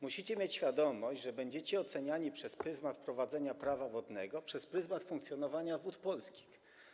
Musicie mieć świadomość, że będziecie oceniani przez pryzmat wprowadzenia Prawa wodnego, przez pryzmat funkcjonowania Wód Polskich.